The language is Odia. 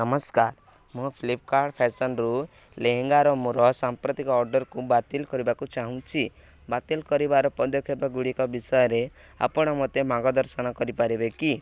ନମସ୍କାର ମୁଁ ଫ୍ଲିପ୍ କାର୍ଟ ଫ୍ୟାଶନ୍ରୁ ଲେହେଙ୍ଗାର ମୋର ସାମ୍ପ୍ରତିକ ଅର୍ଡ଼ର୍କୁ ବାତିଲ କରିବାକୁ ଚାହୁଁଛି ବାତିଲ କରିବାର ପଦକ୍ଷେପ ଗୁଡ଼ିକ ବିଷୟରେ ଆପଣ ମୋତେ ମାର୍ଗଦର୍ଶନ କରିପାରିବେ କି